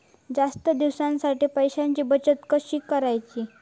जास्त दिवसांसाठी पैशांची बचत कशी करायची?